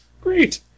great